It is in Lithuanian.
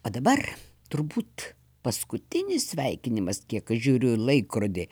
o dabar turbūt paskutinis sveikinimas kiek aš žiūriu į laikrodį